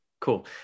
Cool